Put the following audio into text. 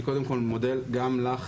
אני מודה גם לך,